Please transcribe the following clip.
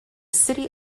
city